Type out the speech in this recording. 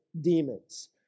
demons